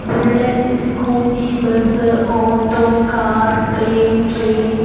bullet scooty bus auto car plain train